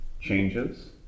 changes